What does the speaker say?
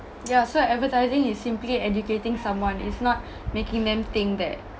yeah so advertising is simply educating someone it's not making them think that